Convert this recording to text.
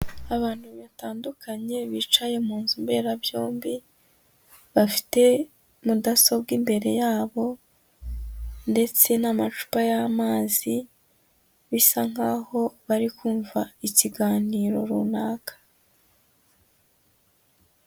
Abantu batandukanye bicaye mu nzu mberabyombi, bafite mudasobwa imbere yabo ndetse n'amacupa y'amazi, bisa nkaho bari kumva ikiganiro runaka.